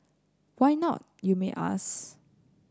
why not you might ask